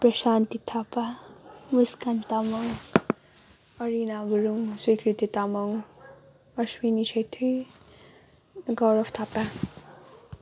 Prashanti Thapa Muskan Tamang Arina Gurung Swikriti Tamang Ashwini Chhetri Gaurav Thapa